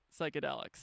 psychedelics